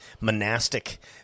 monastic